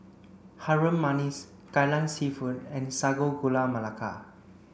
Harum Manis Kai Lan Seafood and Sago Gula Melaka